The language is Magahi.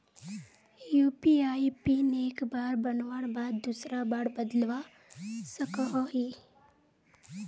यु.पी.आई पिन एक बार बनवार बाद दूसरा बार बदलवा सकोहो ही?